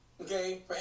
okay